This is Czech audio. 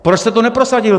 Proč jste to neprosadil?